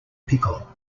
pickle